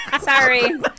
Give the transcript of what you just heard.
sorry